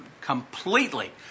completely